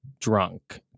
drunk